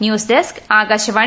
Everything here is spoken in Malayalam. news desk Akashvani